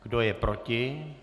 Kdo je proti?